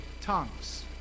tongues